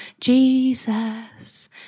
Jesus